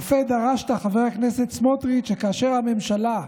יפה דרשת, חבר הכנסת סמוטריץ', שכאשר הממשלה,